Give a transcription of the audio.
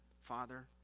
Father